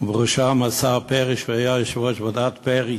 ובראשם השר פרי, שהיה יושב-ראש ועדת פרי.